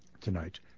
tonight